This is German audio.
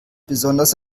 besonders